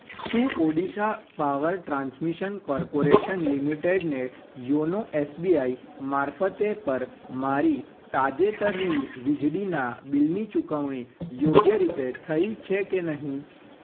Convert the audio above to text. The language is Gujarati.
શું ઓડિશા પાવર ટ્રાન્સમિશન કોર્પોરેશન લિમિટેડને યોનો એસબીઆઇ મારફતે પર મારી તાજેતરની વીજળીનાં બિલની ચુકવણી યોગ્ય રીતે થઈ છે કે નહીં